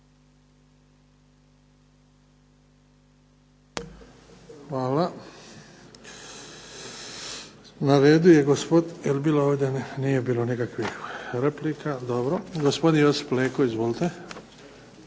Hvala. Na redu je gospodin, jel bilo ovdje, nije bilo nikakvih replika, dobro. Gospodin Josip Leko, izvolite.